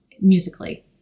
musically